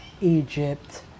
Egypt